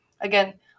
again